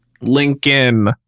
Lincoln